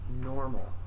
normal